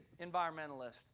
environmentalist